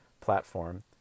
platform